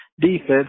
Defense